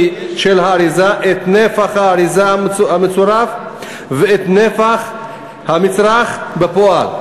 של האריזה את נפח האריזה המצורף ואת נפח המצרך בפועל.